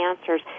answers